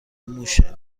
موشه